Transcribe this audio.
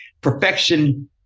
perfection